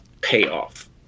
payoff